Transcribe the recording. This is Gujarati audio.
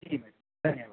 જી ધન્યવાદ